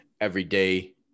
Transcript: everyday